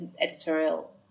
editorial